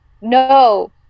no